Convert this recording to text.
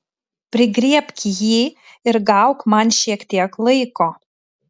prigriebk jį ir gauk man šiek tiek laiko